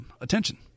attention